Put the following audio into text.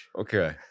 Okay